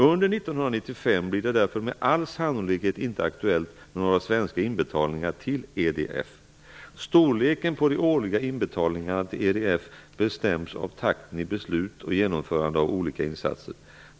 Under 1995 blir det därför med all sannolikhet inte aktuellt med några svenska inbetalningar till EDF. bestäms av takten i beslut och genomförande av olika insatser.